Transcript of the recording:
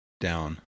down